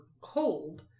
cold